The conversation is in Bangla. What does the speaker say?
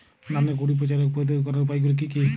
ধানের গুড়ি পচা রোগ প্রতিরোধ করার উপায়গুলি কি কি?